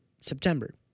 September